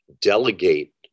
delegate